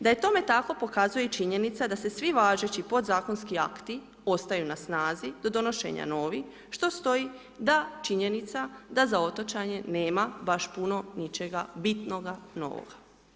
Da je tome tako, pokazuje i činjenica da se svi važeći pod zakonski akti ostaju na snazi do donošenja novih, što stoji da činjenica da za otočane nema baš puno ničega bitnoga novoga.